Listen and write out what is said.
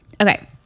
okay